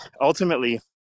ultimately